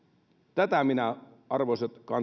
tätä minä arvoisat